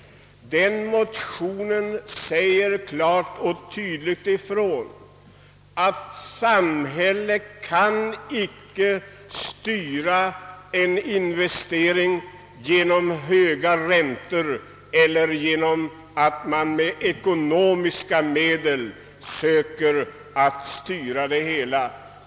Den motionen säger klart och tydligt ifrån att samhället icke kan styra investeringarna genom höga räntor eller genom att med ekonomiska medel söka styra det hela.